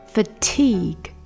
Fatigue